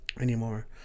anymore